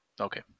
Okay